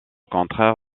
contraire